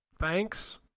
thanks